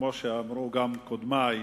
כמו שאמרו גם קודמי,